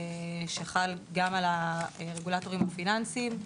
שחל גם על הרגולטורים הפיננסיים,